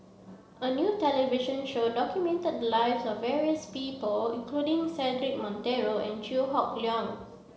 a new television show documented the lives of various people including Cedric Monteiro and Chew Hock Leong